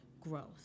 growth